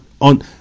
on